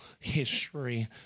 history